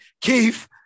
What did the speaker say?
Keith